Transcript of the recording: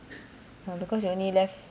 yeah because you only left